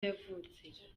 yavutse